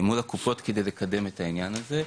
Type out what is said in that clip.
מול הקופות כדי לקדם את העניין הזה.